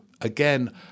Again